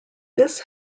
this